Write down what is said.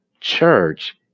church